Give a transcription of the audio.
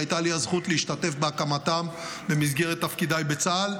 שהייתה לי הזכות להשתתף בהקמתם במסגרת תפקידיי בצה"ל.